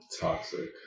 Toxic